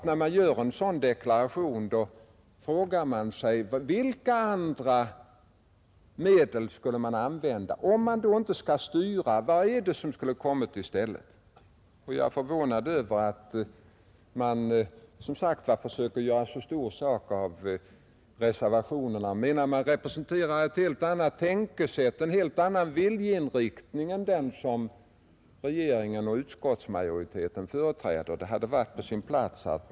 När en sådan deklaration görs frågar man sig naturligtvis vilka andra medel man skulle kunna använda; om man inte skall styra, vad skall man då göra i stället? Jag är förvånad över att man försöker göra en så stor sak av reservationerna och menar att man representerar ett helt annat tänkesätt, en helt annan viljeinriktning än den som regeringen och utskottsmajoriteten företräder.